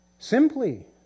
Simply